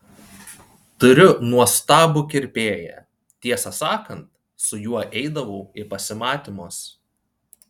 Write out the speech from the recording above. turiu nuostabų kirpėją tiesą sakant su juo eidavau į pasimatymus